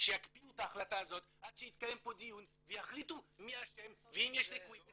שיקפיאו את ההחלטה עד שיתקיים פה דיון ויחליטו מי האשם ואם יש ליקויים,